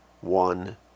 one